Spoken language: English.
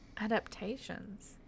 Adaptations